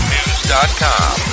News.com